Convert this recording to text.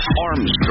Armstrong